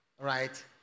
right